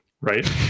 Right